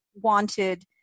wanted